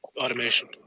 automation